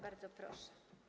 Bardzo proszę.